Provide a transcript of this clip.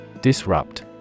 Disrupt